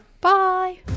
Bye